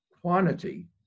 quantity